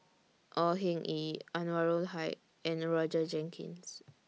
Au Hing Yee Anwarul Haque and Roger Jenkins